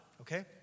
okay